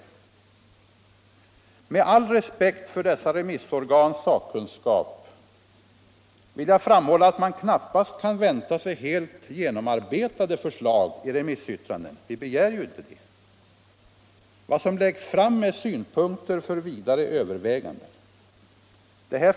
Med all respekt för alla dessa remissorgans sakkunskap vill jag framhålla, att man knappast kan vänta sig helt genomarbetade förslag i remissyttranden — vi begär inte heller det. Vad som läggs fram i form av synpunkter skall sedan bli föremål för vidare överväganden.